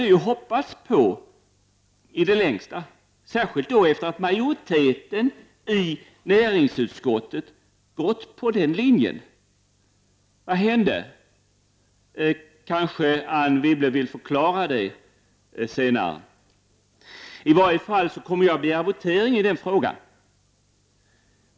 Det hade vi i det längsta hoppats på, särskilt sedan majoriteten i näringsutskottet följt den linjen. Vad hände? Kanske Anne Wibble vill förklara det senare. I vart fall kommer jag att begära votering i den frågan.